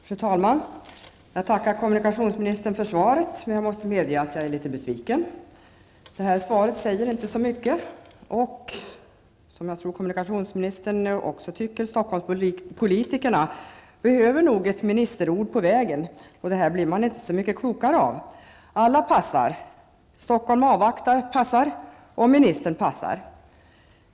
Fru talman! Jag tackar kommunikationsministern för svaret, men jag måste medge att jag är litet besviken. Svaret säger inte så mycket. Stockholmspolitikerna behöver nog, vilket jag tror att även kommunikationsministern anser, ett ministerord på vägen. Men det här blir man inte så mycket klokare av. Alla passar. Stockholm avvaktar och passar. Och även ministern passar.